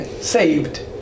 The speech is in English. saved